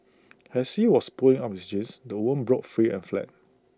as he was pulling up his jeans the woman broke free and fled